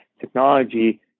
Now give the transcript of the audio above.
technology